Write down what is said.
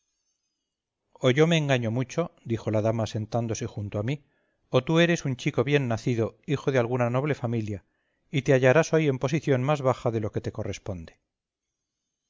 o yo me engaño mucho dijo la dama sentándose junto a mí o tú eres un chico bien nacido hijo de alguna noble familia y te hallarás hoy en posición más baja de lo que te corresponde